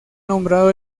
nombrado